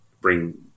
bring